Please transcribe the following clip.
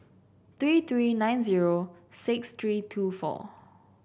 three three nine zero six three two four